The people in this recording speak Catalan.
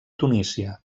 tunísia